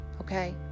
okay